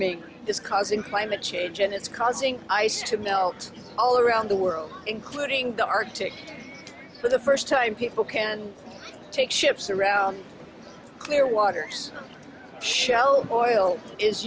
is causing climate change and it's causing ice to melt all around the world including the arctic for the first time people can take ships around clearwater's shell oil is